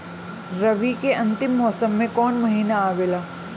रवी के अंतिम मौसम में कौन महीना आवेला?